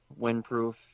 windproof